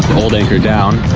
old anchor down,